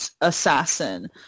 assassin